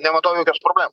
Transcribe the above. nematau jokios problemos